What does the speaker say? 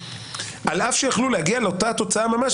על אף שיכלו להגיע לאותה תוצאה ממש,